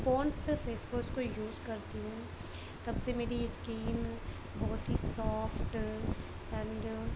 Pond's face wash کو use کرتی ہوں تب سے میری اسکن بہت ہی سوفٹ اینڈ